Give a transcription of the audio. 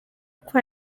kuba